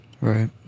Right